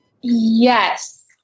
Yes